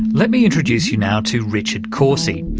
let me introduce you now to richard corsi.